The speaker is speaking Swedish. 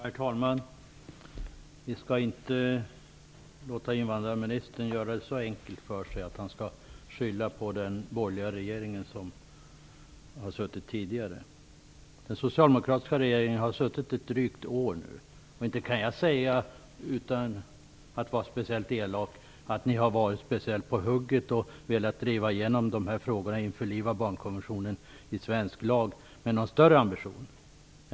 Herr talman! Vi skall inte låta invandrarministern göra det så enkelt för sig att han skall få skylla på den borgerliga regeringen som satt vid makten tidigare. Den socialdemokratiska regeringen har suttit vid makten ett drygt år nu, och inte kan jag säga - jag säger detta utan att vara speciellt elak - att ni har varit speciellt på hugget och velat driva igenom frågan om att införliva barnkonventionen med svensk lag med någon större ambition.